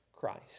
Christ